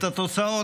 את התוצאות,